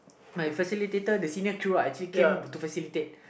my facilitator the senior Q are actually came to facilitate